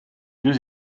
deux